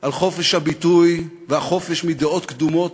על חופש הביטוי והחופש מדעות קדומות,